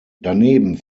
daneben